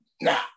Now